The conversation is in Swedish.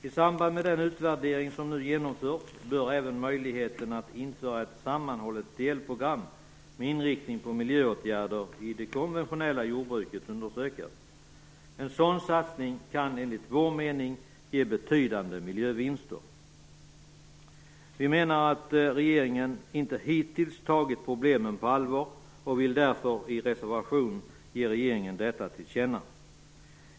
I samband med den utvärdering som genomförs bör även möjligheten att införa ett sammanhållet delprogram med inriktning på miljöåtgärder i det konventionella jordbruket undersökas. En sådan satsning kan enligt vår mening ge betydande miljövinster. Vi menar att regeringen hittills inte har tagit problemen på allvar och vill därför i vår reservation ge regeringen detta till känna.